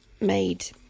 made